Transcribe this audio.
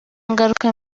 ngaruka